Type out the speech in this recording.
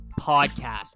Podcast